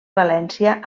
valència